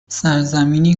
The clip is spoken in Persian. سرزمینی